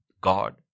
God